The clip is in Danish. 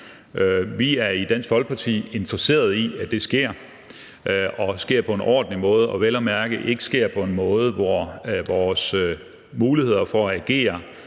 Vi er i Dansk Folkeparti interesserede i, at det sker, og at det sker på en ordentlig måde, og at det vel at mærke ikke sker på en måde, hvor vores muligheder for at agere